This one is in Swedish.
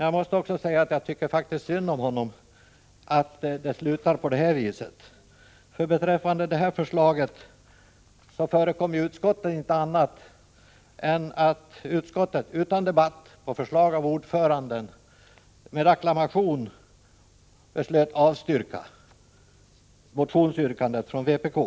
Jag måste också säga att jag faktiskt tycker synd om honom att det slutar på det här viset. För beträffande det här förslaget förekom i utskottet inte något annat än att utskottet utan debatt, på förslag av ordföranden, med acklamation beslöt avstyrka motionsyrkandet från vpk.